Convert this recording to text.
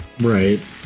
Right